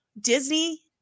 disney